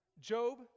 Job